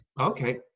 Okay